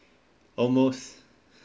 almost